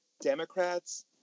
Democrats